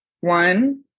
one